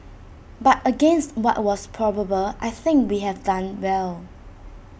but against what was probable I think we have done well